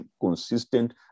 consistent